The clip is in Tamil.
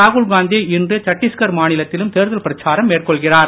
ராகுல் காந்தி இன்று சட்டீஸ்கர் மாநிலத்திலும் தேர்தல் பிரச்சாரம் மேற்கொள்கிறார்